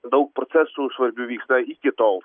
daug procesų svarbių vyksta iki tol